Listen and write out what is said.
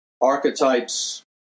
archetypes